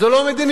זו לא מדיניות,